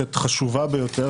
מערכת חשובה ביותר,